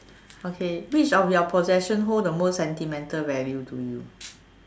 okay which of your possession hold the most sentimental value to you